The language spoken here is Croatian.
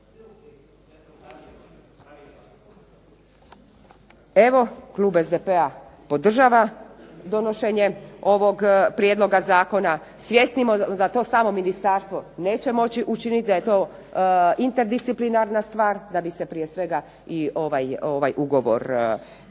Evo, Klub SDP-a podržava donošenje ovog Prijedloga zakona svjesni da to samo Ministarstvo neće moći učiniti da je to interdisciplinarna stvar da bi se prije svega ovaj Ugovor proveo,